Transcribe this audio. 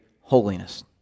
holiness